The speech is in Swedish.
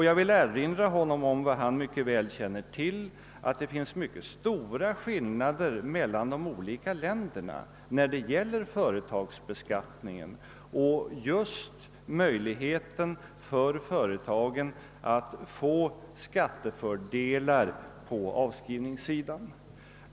Jag vill erinra herr Brandt om vad han mycket väl känner till, nämligen att det finns mycket stora skillnader mellan de olika länderna i fråga om företagsbeskattningen, särskilt beträffande företagens möjlighet att få skattefördelar på avskrivningssidan.